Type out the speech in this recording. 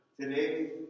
Today